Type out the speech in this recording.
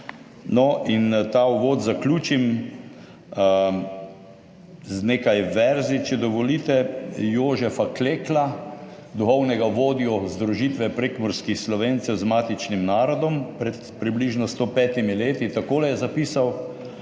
ta uvod zaključil z nekaj verzi Jožefa Klekla, duhovnega vodje združitve prekmurskih Slovencev z matičnim narodom pred približno 105 leti. Takole je zapisal: